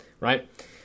Right